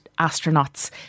astronauts